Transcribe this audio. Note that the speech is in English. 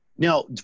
Now